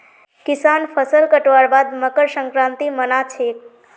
किसान फसल कटवार बाद मकर संक्रांति मना छेक